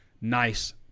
nice